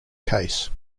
case